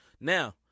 Now